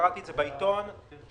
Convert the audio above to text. את הרשימה אבל אני בטוחה,